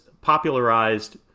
popularized